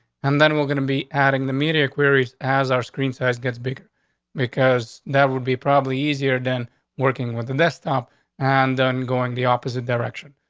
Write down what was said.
and then we're gonna be adding the media queries as our screen size gets bigger because that would be probably easier than working with the next stop and on going the opposite direction.